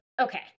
okay